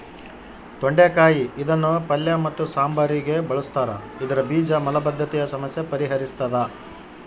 ತೊಂಡೆಕಾಯಿ ಇದನ್ನು ಪಲ್ಯ ಮತ್ತು ಸಾಂಬಾರಿಗೆ ಬಳುಸ್ತಾರ ಇದರ ಬೀಜ ಮಲಬದ್ಧತೆಯ ಸಮಸ್ಯೆ ಪರಿಹರಿಸ್ತಾದ